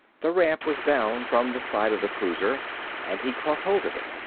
the ramp was down from the side of the cruiser and he caught hold of it.